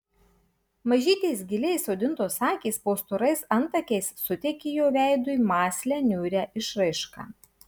mažytės giliai įsodintos akys po storais antakiais suteikė jo veidui mąslią niūrią išraišką